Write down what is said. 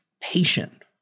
patient